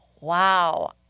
Wow